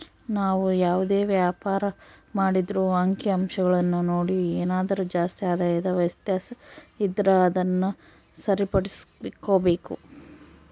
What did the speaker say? ನಾವು ಯಾವುದೇ ವ್ಯಾಪಾರ ಮಾಡಿದ್ರೂ ಅಂಕಿಅಂಶಗುಳ್ನ ನೋಡಿ ಏನಾದರು ಜಾಸ್ತಿ ಆದಾಯದ ವ್ಯತ್ಯಾಸ ಇದ್ರ ಅದುನ್ನ ಸರಿಪಡಿಸ್ಕೆಂಬಕು